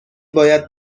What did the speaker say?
باید